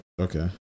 okay